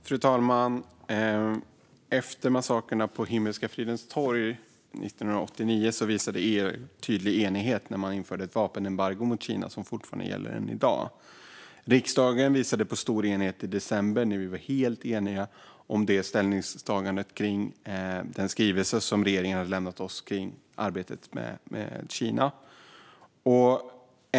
Fru talman! Efter massakern på Himmelska fridens torg 1989 visade EU tydlig enighet när man införde ett vapenembargo mot Kina, vilket än i dag gäller. Riksdagen visade också på stor enighet i december då vi var helt eniga i ställningstagandet om den skrivelse som regeringen hade lämnat till oss angående arbetet med Kina.